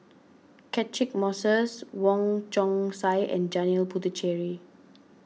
Catchick Moses Wong Chong Sai and Janil Puthucheary